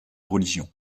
religion